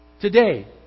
Today